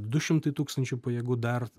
du šimtai tūkstančių pajėgų dar